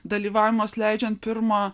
dalyvavimas leidžiant pirmą